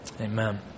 Amen